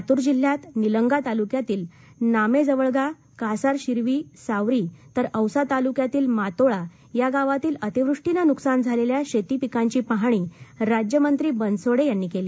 लातुर जिल्ह्यात निलंगा तालुक्यातील नामेजवळगा कासारशिरसी सावरी तर औसा तालुक्यातील मातोळा या गावातील अतिवृष्टीनं नुकसान झालेल्या शेती पिकांची पाहणी राज्यमंत्री बनसोडे यांनी केली